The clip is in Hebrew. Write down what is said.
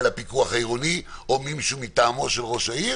הפיקוח העירוני או מישהו מטעמו של ראש העיר